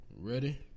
ready